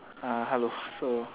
uh hello so